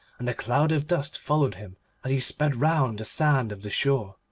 and a cloud of dust followed him as he sped round the sand of the shore.